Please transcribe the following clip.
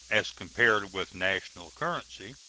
as compared with national currency,